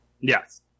yes